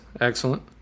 excellent